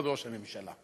לא בראש הממשלה.